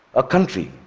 a country